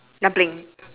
dumpling